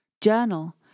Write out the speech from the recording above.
Journal